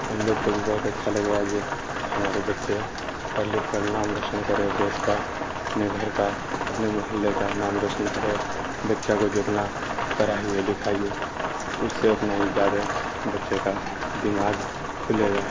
ہم لوگ کو بھی بہت اچھا لگے گا جی ہمارے بچے پڑھ لکھ کر نام روشن کرے دیش کا اپنے گھر کا اپنے محلے کا نام روشن کرے گا بچہ کو جتنا پڑھائیے لکھائیے تو اس سے اتنا ہی زیادہ بچے کا دماغ کھلے گا